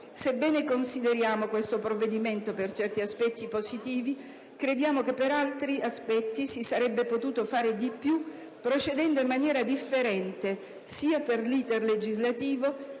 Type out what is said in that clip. Sebbene consideriamo questo provvedimento per certi aspetti positivo, crediamo che per altri aspetti si sarebbe potuto fare di più, procedendo in maniera differente, sia per l'*iter* legislativo